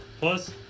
plus